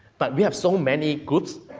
but we have so many groups,